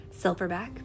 silverback